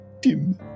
Tim